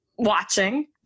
watching